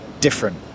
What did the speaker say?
different